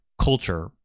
culture